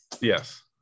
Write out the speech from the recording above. Yes